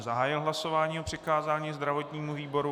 Zahájil jsem hlasování o přikázání zdravotnímu výboru.